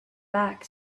back